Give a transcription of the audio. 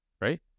right